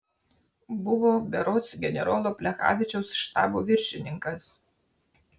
buvo berods generolo plechavičiaus štabo viršininkas